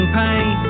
pain